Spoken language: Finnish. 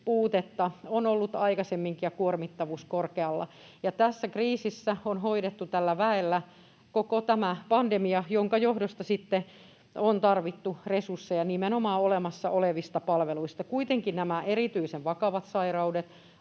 puutetta on ollut aikaisemminkin ja kuormittavuus korkealla. Tässä kriisissä on hoidettu tällä väellä koko tämä pandemia, minkä johdosta sitten on tarvittu resursseja nimenomaan olemassa olevista palveluista. Kuitenkin nämä erityisen vakavat sairaudet